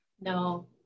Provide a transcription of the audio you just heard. No